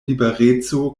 libereco